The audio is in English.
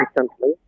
recently